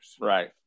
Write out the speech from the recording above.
Right